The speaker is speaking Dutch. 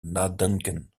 nadenken